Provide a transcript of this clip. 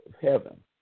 heaven